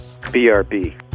BRB